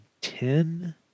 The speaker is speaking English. ten